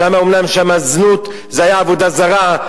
שם אומנם "זנות" זה היה עבודה זרה,